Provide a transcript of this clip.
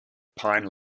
pine